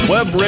Web